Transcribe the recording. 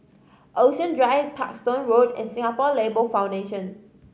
Ocean Drive Parkstone Road and Singapore Labour Foundation